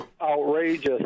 outrageous